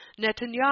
Netanyahu